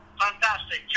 Fantastic